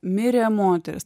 mirė moteris